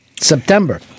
September